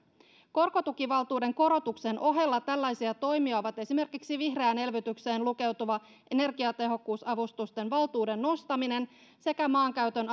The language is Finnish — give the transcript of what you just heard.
korkotukivaltuuden korotuksen ohella tällaisia toimia ovat esimerkiksi vihreään elvytykseen lukeutuva energiatehokkuusavustusten valtuuden nostaminen sekä maankäytön